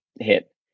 hit